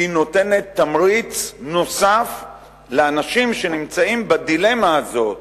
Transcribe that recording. כי היא נותנת תמריץ נוסף לאנשים שנמצאים בדילמה הזאת,